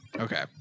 Okay